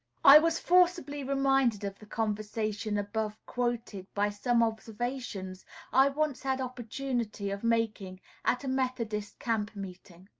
i was forcibly reminded of the conversation above quoted by some observations i once had opportunity of making at a methodist camp-meeting.